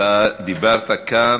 אתה דיברת כאן,